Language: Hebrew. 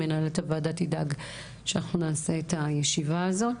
מנהלת הוועדה תדאג שאנחנו את הישיבה הזו.